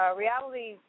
reality